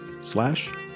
slash